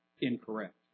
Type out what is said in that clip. incorrect